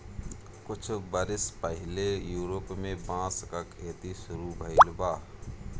कुछ बरिस पहिले यूरोप में बांस क खेती शुरू भइल बा